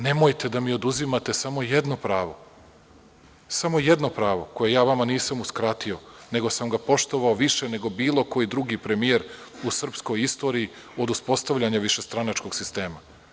Nemojte da mi oduzimate samo jedno pravo, samo jedno pravo koje ja vama nisam uskratio, nego sam ga poštovao više nego bilo koji drugi premijer u srpskoj istoriji od uspostavljanja višestranačkog sistema.